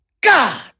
God